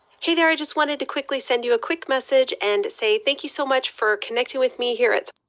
hey there, i just wanted to quickly send you a quick message and say thank you so much for connecting with me here, it's.